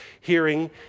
hearing